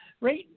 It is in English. right